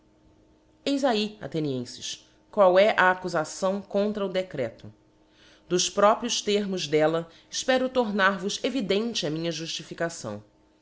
eis ahi athenienfes qual é a accufação contra o decreto dos próprios termos d'ella efpero tomar vos evidente a minha juftificação